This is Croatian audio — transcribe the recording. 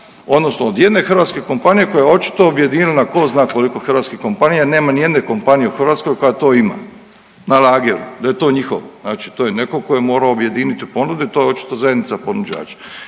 odnosno od jedne hrvatske kompanije koja je očito objedinila tko zna koliko hrvatskih kompanija? Nema ni jedne kompanije u Hrvatskoj koja to ima na lageru da je to njihovo. Znači to je netko tko je morao objediniti ponude. To je očito zajednica ponuđača.